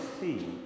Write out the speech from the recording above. see